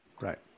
Right